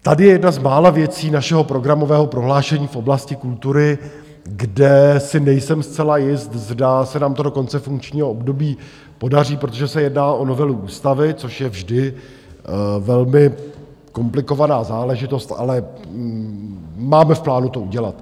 Tady je jedna z mála věcí našeho programového prohlášení v oblasti kultury, kde si nejsem zcela jist, zda se nám to do konce funkčního období podaří, protože se jedná o novelu ústavy, což je vždy velmi komplikovaná záležitost, ale máme v plánu to udělat.